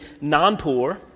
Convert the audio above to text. non-poor